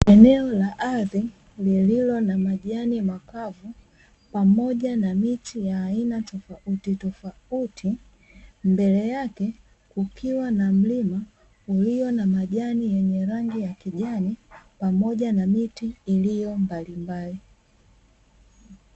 Eneo la ardhi lililo na majani makavu pamojana miti ya aina tofauti tofauti, mbele yake kukiwa na mlima ulio na majani yenye rangi ya kijani pamoja na miti iliyombalimbali.